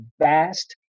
vast